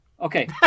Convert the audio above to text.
Okay